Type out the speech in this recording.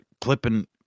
clipping